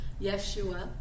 Yeshua